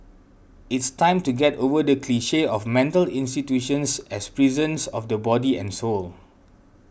it's time to get over the cliche of mental institutions as prisons of the body and soul